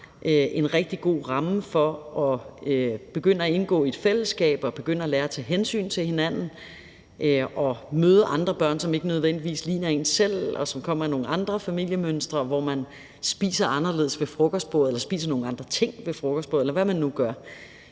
en rigtig god ramme for at begynde at indgå i et fællesskab og begynde at lære at tage hensyn til hinanden og møde andre børn, som ikke nødvendigvis ligner en selv, og som kommer fra nogle andre familiemønstre, hvor de spiser anderledes ved frokostbordet ellers spiser nogle andre ting ved frokostbordet, eller hvad de nu gør.